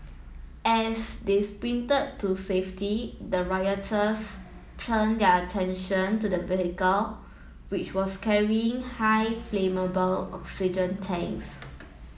as they sprinted to safety the rioters turned their attention to the vehicle which was carrying high flammable oxygen tanks